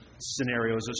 scenarios